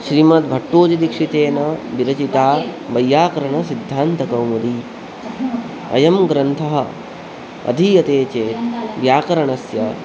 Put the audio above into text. श्रीमद्भट्टोजिदीक्षितेन विरचिता वैयाकरणसिद्धान्तकौमुदी अयं ग्रन्थः अधीयते चेत् व्याकरणस्य